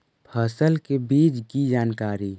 फसल के बीज की जानकारी?